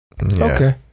Okay